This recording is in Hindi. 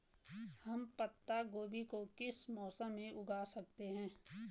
हम पत्ता गोभी को किस मौसम में उगा सकते हैं?